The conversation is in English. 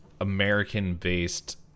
American-based